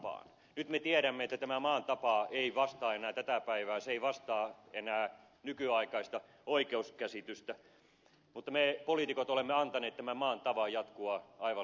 nyt me tiedämme että tämä maan tapa ei vastaa enää tätä päivää se ei vastaa enää nykyaikaista oikeuskäsitystä mutta me poliitikot olemme antaneet tämän maan tavan jatkua aivan liian pitkään